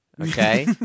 okay